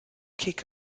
kick